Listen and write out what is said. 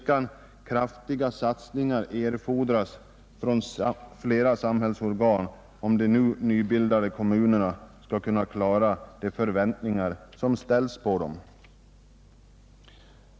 Kraftiga satsningar behövs utan tvivel från flera samhällsorgan, om de nybildade kommunerna skall kunna motsvara de förväntningar som ställs på dem.